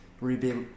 rebuild